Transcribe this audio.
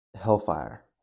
hellfire